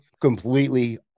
completely